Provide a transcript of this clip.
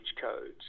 codes